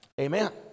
Amen